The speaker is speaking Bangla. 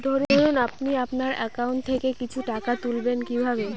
ধরুন আপনি আপনার একাউন্ট থেকে কিছু টাকা তুলবেন কিভাবে?